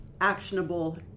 actionable